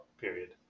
period